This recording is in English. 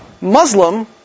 Muslim